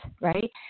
Right